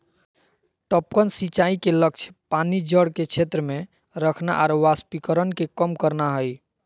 टपकन सिंचाई के लक्ष्य पानी जड़ क्षेत्र में रखना आरो वाष्पीकरण के कम करना हइ